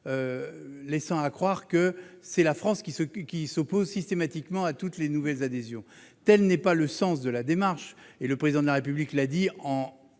laissant à croire que notre pays s'opposerait systématiquement à toutes les nouvelles adhésions. Tel n'est pas le sens de notre démarche. Le Président de la République l'a dit et